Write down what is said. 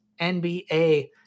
NBA